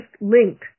link